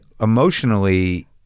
emotionally